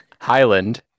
Highland